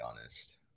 honest